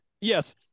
Yes